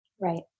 Right